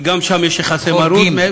כי גם שם יש יחסי מרות.